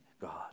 God